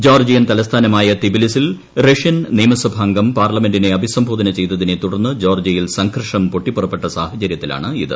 Georgian തലസ്ഥാനമായ തിബിലിസിൽ Russian നിയമസഭാംഗം പാർലമെന്റിനെ അഭിസംബോധന ചെയ്ത തിനെ തുടർന്ന് ജോർജ്ജിയയിൽ സംഘർഷം പൊട്ടിപ്പുറപ്പെട്ട സാഹ ചരൃത്തിലാണ് ഇത്